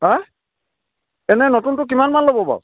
হাঁ এনেই নতুনটো কিমান মান ল'ব বাৰু